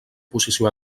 posició